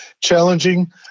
challenging